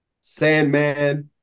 Sandman